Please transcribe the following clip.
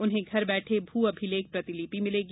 उन्हें घर बैठे भू अभिलेख प्रतिलिपि मिलेंगी